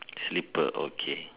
slipper okay